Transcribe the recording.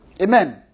Amen